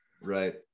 right